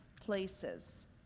places